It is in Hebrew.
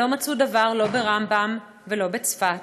אבל לא מצאו דבר, לא ברמב"ם ולא בצפת.